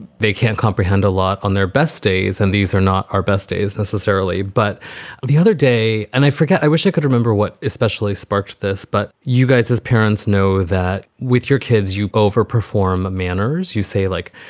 they can't comprehend a lot on their best days. and these are not our best days necessarily, but the other day. and they forget. i wish i could remember what especially sparked this. but you guys as parents know that with your kids, you overperform manners. you say like,